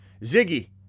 Ziggy